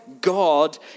God